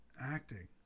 acting